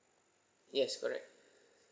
yes correct